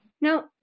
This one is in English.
Now